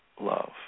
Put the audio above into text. love